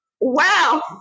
Wow